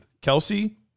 Kelsey